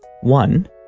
one